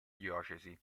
diocesi